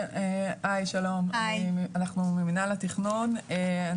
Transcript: אנחנו ממינהל התכנון.